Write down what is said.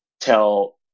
tell